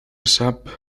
sap